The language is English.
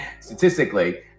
statistically